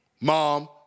mom